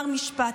שנייה, פינדרוס.